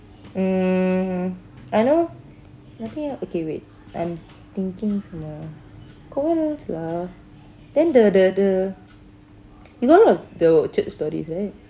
mm I know nothing ah okay wait I'm thinking some more got what else lah then the the the you got a lot the church stories right